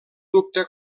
dubte